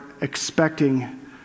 expecting